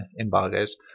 embargoes